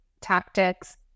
tactics